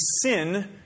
sin